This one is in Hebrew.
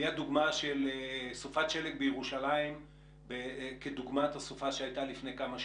והיא הדוגמה של סופת שלג בירושלים כדוגמת הסופה שהייתה לפני כמה שנים.